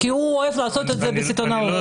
הוא אוהב לעשות את זה בסיטונאות.